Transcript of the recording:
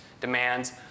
demands